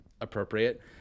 appropriate